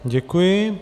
Děkuji.